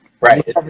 Right